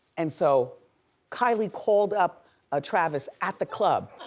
and so kylie called up ah travis at the club.